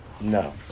No